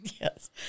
Yes